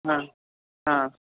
हा हा